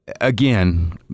again